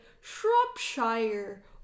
Shropshire